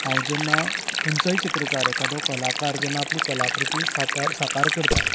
हांव जेन्ना खंयचोय चित्रकार एकादो कलाकार जेन्ना आपली कलाकृती सातार साकार करता